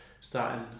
starting